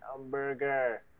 hamburger